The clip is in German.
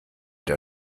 der